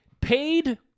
paid